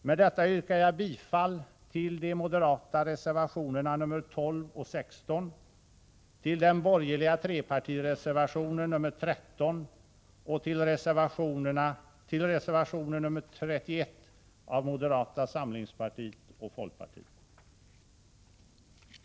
Med detta yrkar jag bifall till de moderata reservationerna nr 12 och 16, till den borgerliga trepartireservationen nr 13 och till reservation nr 31 av moderata samlingspartiet och folkpartiet.